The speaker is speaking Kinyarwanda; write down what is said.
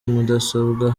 mudasobwa